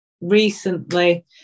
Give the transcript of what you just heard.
recently